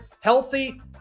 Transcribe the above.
healthy